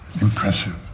Impressive